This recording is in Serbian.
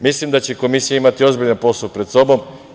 Mislim da će Komisija imati ozbiljan posao pred sobom.